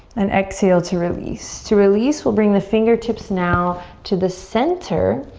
then exhale to release. to release we'll bring the fingertips now to the center.